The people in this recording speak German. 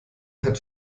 hat